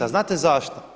A znate zašto?